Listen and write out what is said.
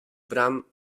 bram